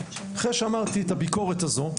אחרי שאמרתי את הביקורת הזו,